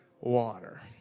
water